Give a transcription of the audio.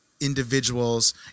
individuals